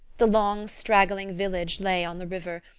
the long straggling village lay on the river,